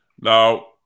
Now